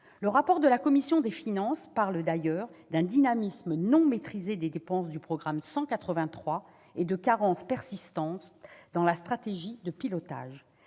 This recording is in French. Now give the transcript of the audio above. spécial de la commission des finances évoque d'ailleurs un « dynamisme non maîtrisé des dépenses du programme 183 » et de « carences persistantes dans la stratégie de pilotage